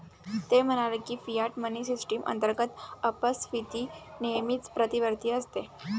ते म्हणाले की, फियाट मनी सिस्टम अंतर्गत अपस्फीती नेहमीच प्रतिवर्ती असते